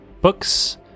books